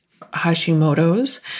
Hashimoto's